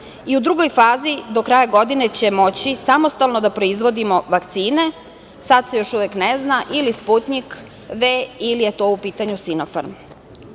i u drugoj fazi do kraja godine će moći samostalno da proizvodimo vakcine. Sada se još uvek ne zna ili „Sputnjik V“ ili je to u pitanju „Sinofarm“.Mnogo